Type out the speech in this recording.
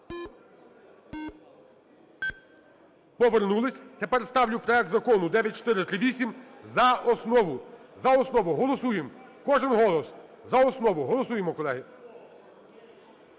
Повернулись. Тепер ставлю проект закону 9438 за основу. За основу голосуємо. Кожен голос. За основу. Голосуємо, колеги.